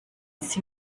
sie